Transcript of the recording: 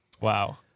wow